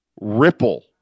Ripple